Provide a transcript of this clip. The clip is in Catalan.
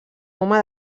home